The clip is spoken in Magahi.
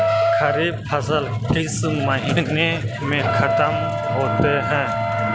खरिफ फसल किस महीने में ख़त्म होते हैं?